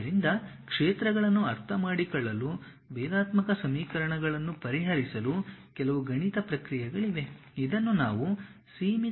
ಆದ್ದರಿಂದ ಕ್ಷೇತ್ರಗಳನ್ನು ಅರ್ಥಮಾಡಿಕೊಳ್ಳಲು ಭೇದಾತ್ಮಕ ಸಮೀಕರಣಗಳನ್ನು ಪರಿಹರಿಸಲು ಕೆಲವು ಗಣಿತ ಪ್ರಕ್ರಿಯೆಗಳಿವೆ ಇದನ್ನು ನಾವು ಸೀಮಿತ ಅಂಶ ವಿಧಾನಗಳು ಎಂದು ಕರೆಯುತ್ತೇವೆ